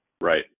Right